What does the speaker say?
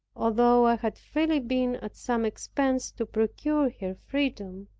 although i had freely been at some expense to procure her freedom,